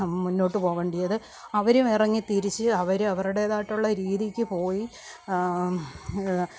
മുന്നോട്ടു പോവേണ്ടത് അവർ ഇറങ്ങിത്തിരിച്ച് അവർ അവരുടേതായിട്ടുള്ള രീതിക്ക് പോയി